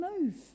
move